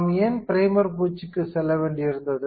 நாம் ஏன் ப்ரைமர் பூச்சுக்கு செல்ல வேண்டியிருந்தது